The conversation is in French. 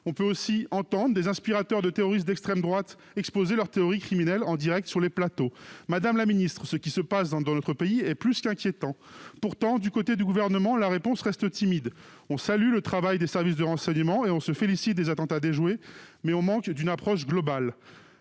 On peut aussi entendre les inspirateurs de terroristes d'extrême droite exposer leurs théories criminelles en direct sur les plateaux de télévision. Ce qui se passe dans notre pays est plus qu'inquiétant. Pourtant, du côté du Gouvernement, la réponse reste timide. On salue le travail des services de renseignement, on se félicite des attentats déjoués, mais on manque d'une approche globale.